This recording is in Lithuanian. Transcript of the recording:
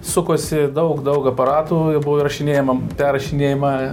sukosi daug daug aparatų buvo įrašinėjama perrašinėjama